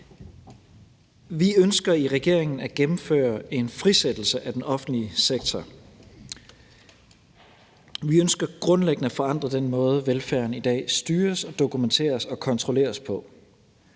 Vi ønsker i regeringen at gennemføre en frisættelse af den offentlige sektor. Vi ønsker grundlæggende at forandre den måde, velfærden i dag styres og dokumenteres og kontrolleres på.